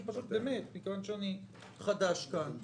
מכיוון שאני חדש כאן,